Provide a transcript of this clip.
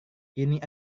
ini